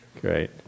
great